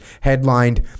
headlined